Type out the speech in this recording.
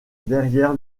derrière